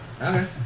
Okay